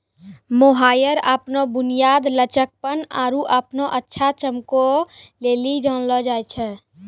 mohair अपनो बुनियाद, लचकपन आरु अपनो अच्छा चमको लेली जानलो जाय छै